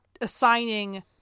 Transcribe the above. assigning